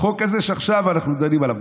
החוק הזה שעכשיו אנחנו דנים עליו,